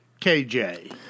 kj